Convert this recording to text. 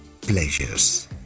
pleasures